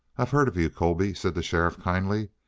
i've heard of you, colby, said the sheriff kindly.